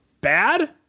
bad